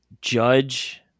Judge